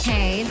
Hey